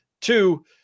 Two